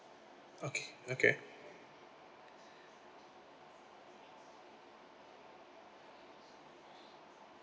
okay okay